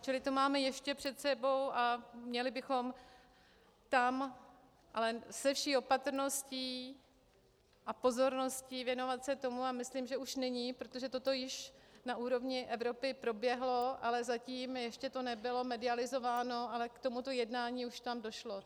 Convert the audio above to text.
Čili to máme ještě před sebou a měli bychom se tam, ale se vší opatrností a pozorností, věnovat tomu a myslím, že už nyní, protože toto již na úrovni Evropy proběhlo, ale zatím ještě to nebylo medializováno, ale k tomuto jednání už tam došlo.